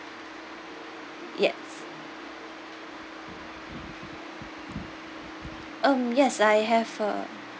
yes um yes I have a